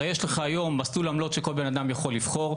הרי יש לך היום מסלול עמלות שכל בן אדם יכול לבחור.